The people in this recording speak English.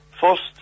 first